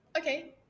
Okay